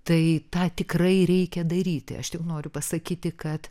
tai tą tikrai reikia daryti aš tik noriu pasakyti kad